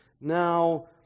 Now